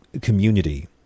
community